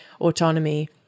autonomy